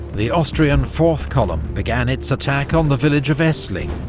the austrian fourth column began its attack on the village of essling,